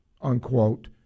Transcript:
unquote